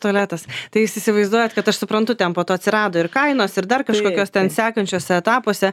tualetas tai jūs įsivaizduojat kad aš suprantu ten po to atsirado ir kainos ir dar kažkokios ten sekančiuose etapuose